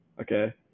Okay